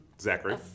Zachary